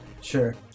Sure